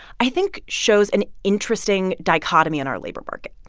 i think, shows an interesting dichotomy in our labor market.